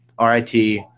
RIT